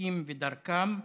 השליטים ודרכם,